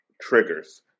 Triggers